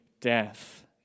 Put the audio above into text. death